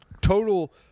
total